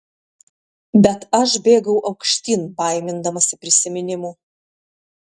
bet aš bėgau aukštyn baimindamasi prisiminimų